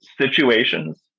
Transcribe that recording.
situations